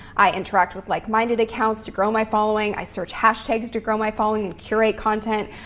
i interact with like minded accounts to grow my following. i search hashtags to grow my following and curate content.